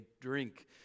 drink